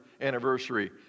anniversary